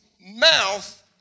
mouth